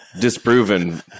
disproven